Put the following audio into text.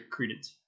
Credence